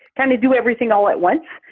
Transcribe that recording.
kind of do everything all at once,